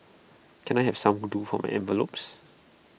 can I have some glue for my envelopes